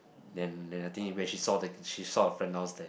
then then I think when she saw the she saw her friend downstair